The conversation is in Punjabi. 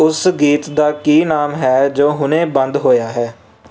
ਉਸ ਗੀਤ ਦਾ ਕੀ ਨਾਮ ਹੈ ਜੋ ਹੁਣੇ ਬੰਦ ਹੋਇਆ ਹੈ